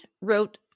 wrote